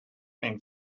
been